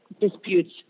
disputes